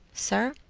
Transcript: sir,